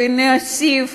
ונוסיף,